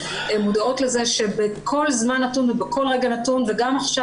מודעות לזה שבכל זמן נתון ובכל רגע נתון וגם עכשיו